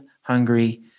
Hungary